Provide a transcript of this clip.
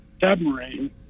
submarine